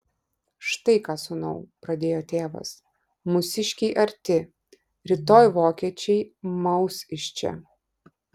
štai ką sūnau pradėjo tėvas mūsiškiai arti rytoj vokiečiai maus iš čia